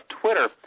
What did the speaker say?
Twitter